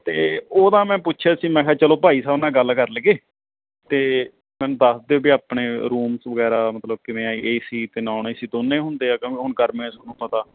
ਅਤੇ ਉਹਦਾ ਮੈਂ ਪੁੱਛਿਆ ਸੀ ਮੈਂ ਕਿਹਾ ਚਲੋ ਭਾਈ ਸਾਹਿਬ ਨਾਲ ਗੱਲ ਕਰ ਲਈਏ ਤਾਂ ਮੈਨੂੰ ਦੱਸ ਦਿਓ ਵੀ ਆਪਣੇ ਰੂਮਸ ਵਗੈਰਾ ਮਤਲਬ ਕਿਵੇਂ ਹੈ ਏ ਸੀ ਅਤੇ ਨੋਨ ਏ ਸੀ ਦੋਵੇਂ ਹੁੰਦੇ ਆ ਕਿ ਹੁਣ ਨੂੰ ਪਤਾ